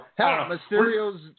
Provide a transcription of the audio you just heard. Mysterio's